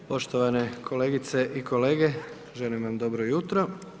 Poštovane kolegice i kolege, želim vam dobro jutro.